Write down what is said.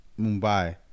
Mumbai